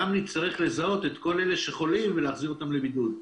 עדיין נצטרך לזהות את כל אלה שחולים ולהחזיר אותם לבידוד.